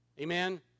Amen